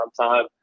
time